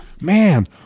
Man